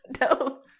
No